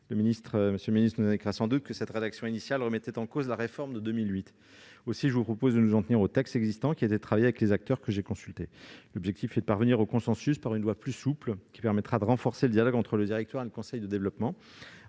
M. le ministre nous expliquera sans doute que cette rédaction initiale remettait en cause la réforme de 2008. Aussi, je vous propose de nous en tenir aux textes existants, qui ont été travaillés avec les acteurs que j'ai consultés. L'objectif est de parvenir au consensus par l'adoption d'une loi plus souple, qui permettra de renforcer le dialogue entre le directoire et le conseil de développement,